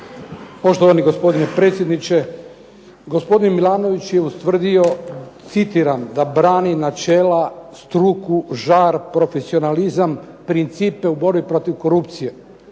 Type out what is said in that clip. Poštovani gospodine predsjedniče, gospodin Milanović je ustvrdio, citiram: "da brani načela, struku, žar, profesionalizam, principe u borbi protiv korupcije".